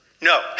No